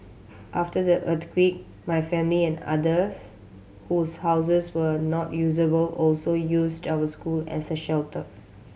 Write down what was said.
after the earthquake my family and others whose houses were not usable also used our school as a shelter